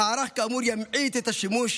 המערך כאמור ימעיט את השימוש